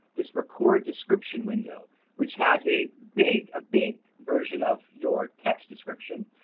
this record description window which has a big ah big version of your text description.